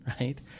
right